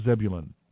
Zebulun